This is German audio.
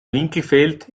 winkelfeld